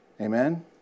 Amen